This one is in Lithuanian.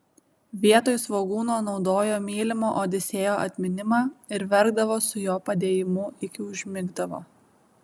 vietoj svogūno naudojo mylimo odisėjo atminimą ir verkdavo su jo padėjimu iki užmigdavo